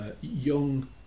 young